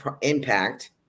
impact